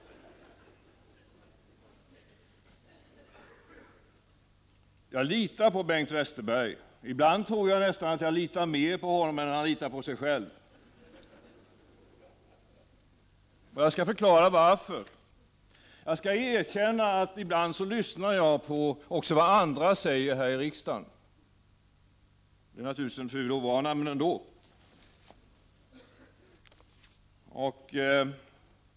Jag litar på Bengt Westerberg. Ibland tror jag nästan att jag litar mer på honom än vad han litar på sig själv. Jag skall förklara varför. Jag skall erkänna att jag ibland lyssnar även på vad andra säger i riksdagen. Det är naturligtvis en ful ovana — men ändå.